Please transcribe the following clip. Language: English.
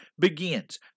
begins